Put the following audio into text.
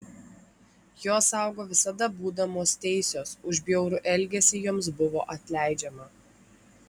jos augo visada būdamos teisios už bjaurų elgesį joms buvo atleidžiama